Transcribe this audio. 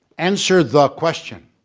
answer the question.